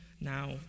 Now